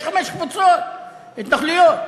יש חמש קבוצות בהתנחלויות.